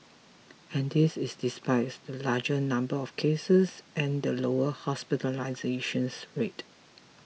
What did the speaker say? and this is despite the larger number of cases and the lower hospitalisation rate